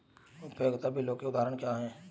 उपयोगिता बिलों के उदाहरण क्या हैं?